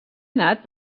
anat